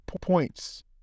points